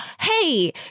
Hey